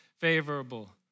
favorable